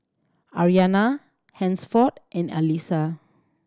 Aryana Hansford and Alisa